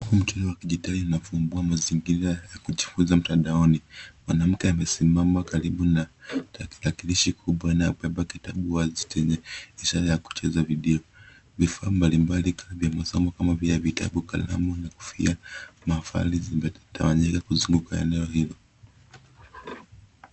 Mchoro wa kidijitali unafunguwa mazingira ya kujifunza mtandaoni. Mwanamke amesimama karibu na tarakilishi huku amebeba kitabu wazi chenye ishara ya kucheza video, vifaa mbalimbali kama vya masomo kama vile vitabu, kalamu na kofia. Maafali zimetawanyika kuzunguka eneo hilo.